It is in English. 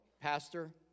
pastor